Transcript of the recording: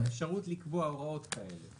אפשרות לקבוע הוראות כאלה.